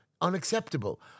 Unacceptable